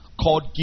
called